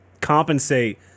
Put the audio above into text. compensate